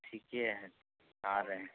ठीके है आ रहें